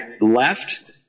left